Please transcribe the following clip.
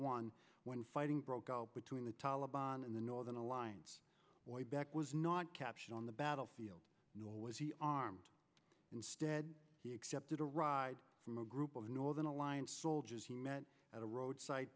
one when fighting broke out between the taleban and the northern alliance way back was not captured on the battlefield nor was he armed instead he accepted a ride from a group of northern alliance soldiers he met at a roadsi